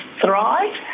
thrive